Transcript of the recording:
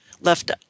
left